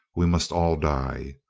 we must all die.